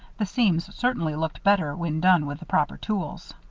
the seams certainly looked better when done with the proper tools.